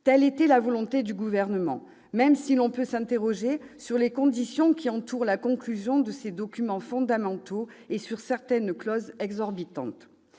Telle était la volonté du Gouvernement, même si l'on peut s'interroger sur les conditions qui entourent la conclusion de ces documents fondamentaux et sur certaines clauses exorbitantes.